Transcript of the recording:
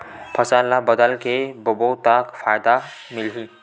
फसल ल बदल के बोबो त फ़ायदा मिलही?